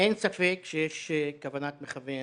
אין ספק שיש כוונת מכוון